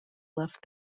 left